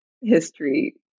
history